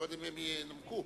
קודם ינומקו.